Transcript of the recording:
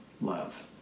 love